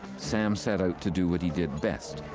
sam set out to do what he did best,